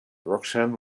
roxanne